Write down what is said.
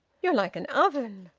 you're like an oven!